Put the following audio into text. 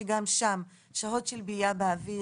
שגם שם שעות של בהייה באוויר.